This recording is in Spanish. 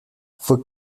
fue